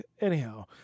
Anyhow